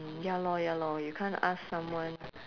mm ya lor ya lor you can't ask someone